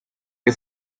que